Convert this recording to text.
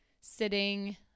sitting